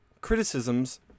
criticisms